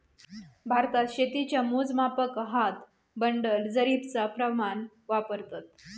भारतात शेतीच्या मोजमापाक हात, बंडल, जरीबचा प्रमाण वापरतत